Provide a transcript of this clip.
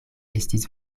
estis